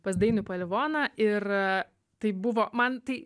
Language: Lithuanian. pas dainių palivoną ir tai buvo man tai